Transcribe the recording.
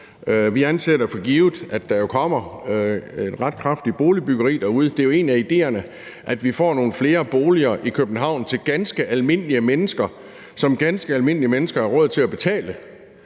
givet, at der kommer et ret kraftigt boligbyggeri derude. Det er jo en af idéerne, at vi får nogle flere boliger i København til ganske almindelige mennesker, som ganske almindelige mennesker har råd til at betale.